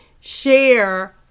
share